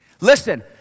Listen